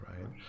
right